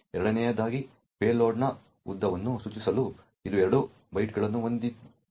ಎರಡನೆಯದಾಗಿ ಪೇಲೋಡ್ನ ಉದ್ದವನ್ನು ಸೂಚಿಸಲು ಇದು 2 ಬೈಟ್ಗಳನ್ನು ಹೊಂದಿತ್ತು